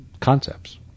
concepts